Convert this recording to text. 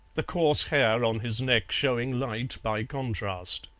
the coarse hair on his neck showing light by contrast.